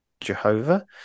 Jehovah